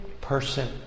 person